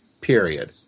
Period